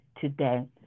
today